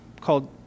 called